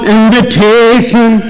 invitation